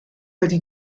ydy